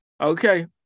okay